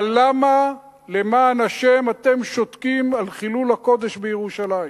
אבל למה למען השם אתם שותקים על חילול הקודש בירושלים?